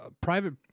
private